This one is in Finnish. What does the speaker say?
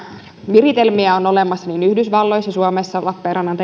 viritelmiä on olemassa niin yhdysvalloissa kuin suomessa lappeenrannan